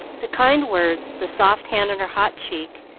the kind words, the soft hand on her hot cheek,